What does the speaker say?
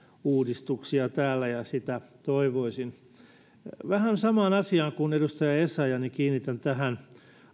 uudistuksia täällä ja sitä toivoisin kiinnitän huomiota vähän samaan asiaan kuin edustaja essayah tähän